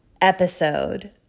episode